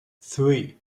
three